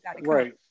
Right